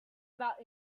about